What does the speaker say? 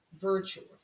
virtuous